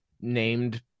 named